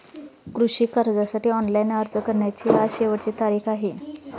कृषी कर्जासाठी ऑनलाइन अर्ज करण्याची आज शेवटची तारीख आहे